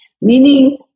meaning